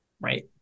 Right